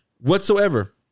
whatsoever